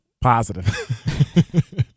Positive